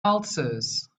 ulcers